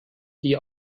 die